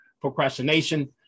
Procrastination